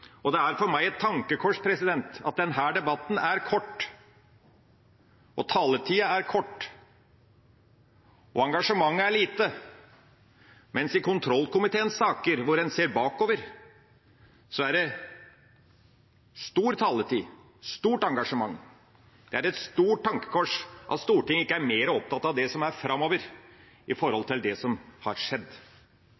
Det er for meg et tankekors at denne debatten er kort, at taletida er kort, og at engasjementet er lite, mens det i kontrollkomiteens saker, hvor en ser bakover, er lang taletid, stort engasjement. Det er et stort tankekors at Stortinget ikke er mer opptatt av det som er framover, i forhold til det som har skjedd.